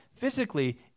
Physically